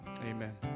Amen